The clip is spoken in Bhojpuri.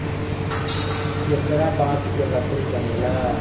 चेचरा बांस के लकड़ी बनेला